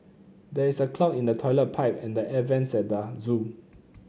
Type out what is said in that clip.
there is a clog in the toilet pipe and the air vents at the zoo